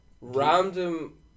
Random